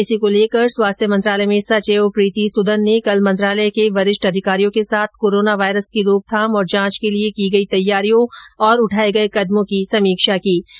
इसी को लेकर स्वास्थ्य मंत्रालय में सचिव प्रीति सूदन ने कल मंत्रालय के वरिष्ठ अधिकारियों के साथ कोरोना वायरस की रोकथाम और जांच के लिए की गई तैयारियों और उठाए गए कदमों की समीक्षा कीं